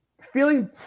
feeling